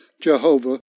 Jehovah